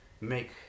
make